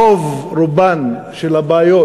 רוב רובן של הבעיות